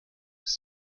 ist